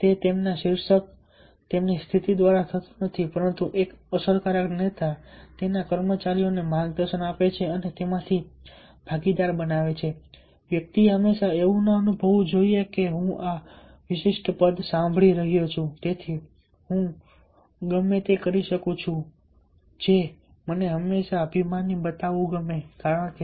તે તેમના શીર્ષક તેમની સ્થિતિ દ્વારા નથી થતું એક અસરકારક નેતા તેના કર્મચારીઓને માર્ગદર્શન આપે છે અને તેમાંથી ભાગીદાર બનાવે છે વ્યક્તિએ હંમેશા એવું ન અનુભવવું જોઈએ કે હું આ વિશિષ્ટ પદ સંભાળી રહ્યો છું તેથી હું ગમે તે કરી શકું છું જે મને હંમેશા અભિમાની બતાવવાનું ગમે છે